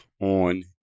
on